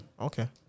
Okay